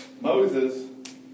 Moses